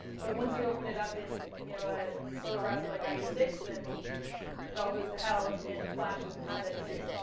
but once you open it up in you know a slower browser like ie six, then it all goes to hell. and flash doesn't have that issue.